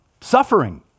suffering